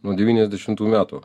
nuo devyniasdešimtų metų